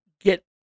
get